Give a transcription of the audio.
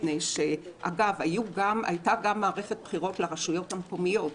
אגב, הייתה גם מערכת בחירות לרשויות המקומיות.